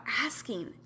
asking